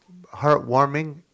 heartwarming